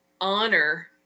honor